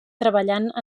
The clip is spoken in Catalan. treballant